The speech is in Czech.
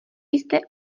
jste